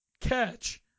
catch